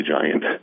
giant